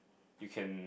you can